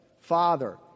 Father